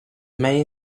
main